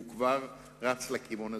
והוא כבר רץ לכיוון הזה,